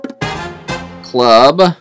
Club